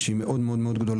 שהיא מאוד גדולה,